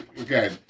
okay